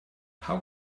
how